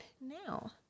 now